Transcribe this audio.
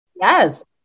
Yes